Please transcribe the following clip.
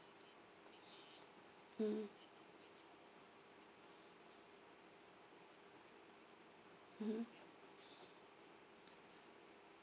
mm mm